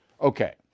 Okay